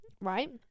right